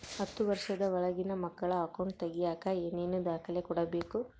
ಹತ್ತುವಷ೯ದ ಒಳಗಿನ ಮಕ್ಕಳ ಅಕೌಂಟ್ ತಗಿಯಾಕ ಏನೇನು ದಾಖಲೆ ಕೊಡಬೇಕು?